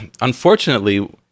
unfortunately